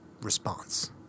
response